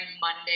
Monday